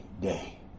day